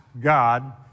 God